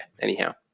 anyhow